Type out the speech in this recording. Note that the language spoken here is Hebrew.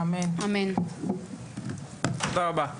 תודה רבה.